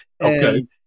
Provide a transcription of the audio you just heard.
Okay